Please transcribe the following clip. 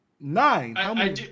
Nine